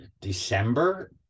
December